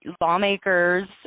lawmakers